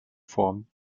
form